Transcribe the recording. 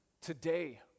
today